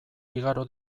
igaro